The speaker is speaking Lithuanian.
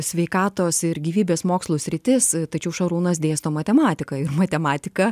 sveikatos ir gyvybės mokslų sritis tačiau šarūnas dėsto matematiką ir matematiką